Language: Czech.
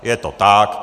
Je to tak.